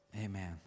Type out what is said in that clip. Amen